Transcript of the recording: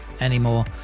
anymore